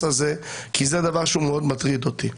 הזה כי זה דבר שהוא מאוד מטריד אותי.